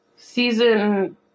season